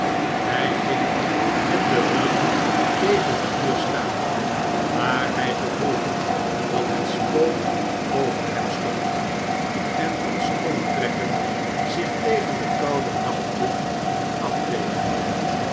hij ging met den rug tegen een muur staan maar hij gevoelde dat het spook boven hem stond en diens omtrekken zich tegen de koude nachtlucht afteekenden